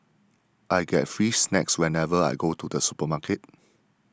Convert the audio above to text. I get free snacks whenever I go to the supermarket